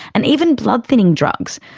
and even blood thinning drugs.